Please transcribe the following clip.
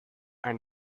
and